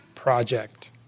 project